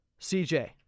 CJ